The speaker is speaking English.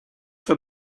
for